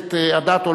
הרווחה והבריאות.